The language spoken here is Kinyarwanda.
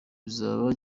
kizaba